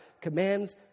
commands